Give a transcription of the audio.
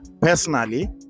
Personally